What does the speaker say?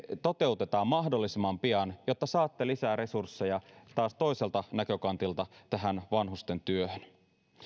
toteutetaan mahdollisimman pian jotta saatte lisää resursseja taas toiselta näkökantilta tähän vanhustentyöhön